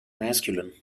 masculine